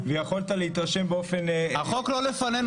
החוק מאוד קצר ויכולת להתרשם באופן --- החוק לא לפנינו,